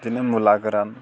बिदिनो मुला गोरान